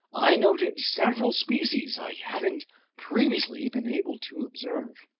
i noted several species i hadn't previously been able to observe.